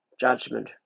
judgment